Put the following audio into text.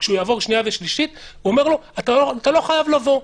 כשהוא יעבור בקריאה שנייה ושלישית הוא אומר לו: אתה לא חייב לבוא,